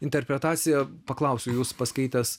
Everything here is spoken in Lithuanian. interpretacija paklausiu jus paskaitęs